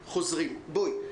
חזרו.